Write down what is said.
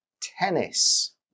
tennis